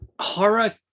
horror